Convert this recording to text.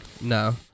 No